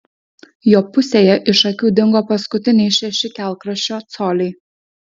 jo pusėje iš akių dingo paskutiniai šeši kelkraščio coliai